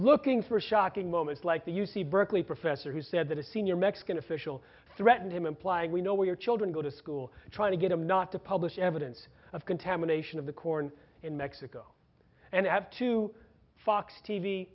looking for shocking moments like the u c berkeley professor who said that a senior mexican official threatened him implying we know where your children go to school trying to get him not to publish evidence of contamination of the corn in mexico and i have two fox t